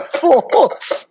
force